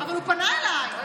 אבל הוא פנה אליי.